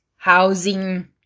housing